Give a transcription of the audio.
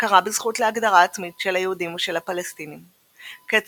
הכרה בזכות להגדרה עצמית של היהודים ושל הפלסטינים; קץ